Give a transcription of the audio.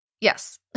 Yes